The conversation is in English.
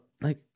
like-